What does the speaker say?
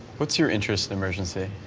what's your interest in emergent see? oh.